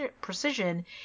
precision